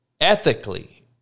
ethically